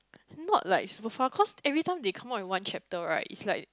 not like super far cause everytime they come out in one chapter right it's like